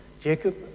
Jacob